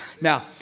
Now